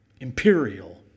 imperial